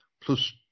plus